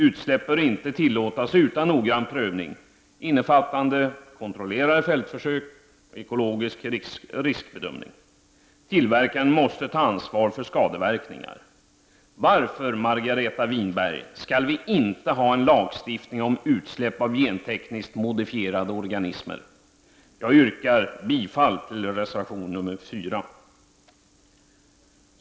Utsläpp bör inte tillåtas utan noggrann prövning innefattande kontrollerade fältförsök och ekologisk riskbedömning. Tillverkaren måste ta ansvar för skadeverkningar. Varför, Margareta Winberg, skall vi inte ha en lagstiftning om utsläpp av gentekniskt modifierade organismer? Jag yrkar bifall till reservation nr 4.